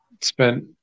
Spent